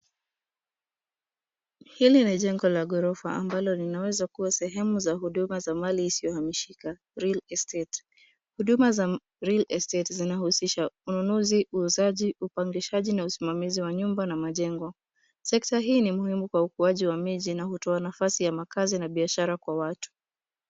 Hili ni jengo la ghorofa ambalo linaweza kuwa sehemu za huduma za mali isiyo hamishika, real estate . Huduma za real estate zinahusisha ununuzi, uuzaji, upangishaji na usimamizi wa nyumba na majengo. Sekta ni muhimu kwa ukuaji wa miji na hutoa nafasi ya makazi na biashara kwa watu.